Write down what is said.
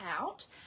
out